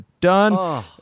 done